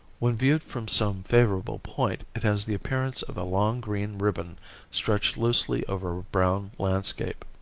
when viewed from some favorable point it has the appearance of a long green ribbon stretched loosely over a brown landscape.